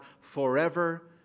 forever